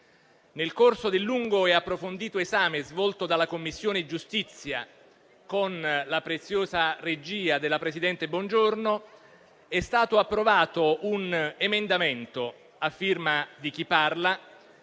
Nel corso del lungo e approfondito esame svolto dalla Commissione giustizia con la preziosa regia della presidente Bongiorno, è stato approvato un emendamento a firma di chi parla,